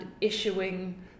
issuing